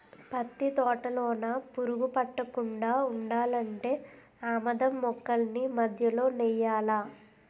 పత్తి తోటలోన పురుగు పట్టకుండా ఉండాలంటే ఆమదం మొక్కల్ని మధ్యలో నెయ్యాలా